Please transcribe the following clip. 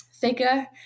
figure